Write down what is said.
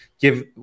give